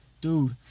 Dude